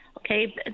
Okay